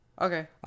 Okay